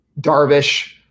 Darvish